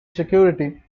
security